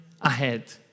ahead